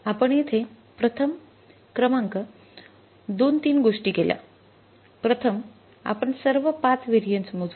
आपण येथे प्रथम क्रमांक दोन तीन गोष्टी केल्या प्रथम आपण सर्व पाच व्हेरिएन्स मोजू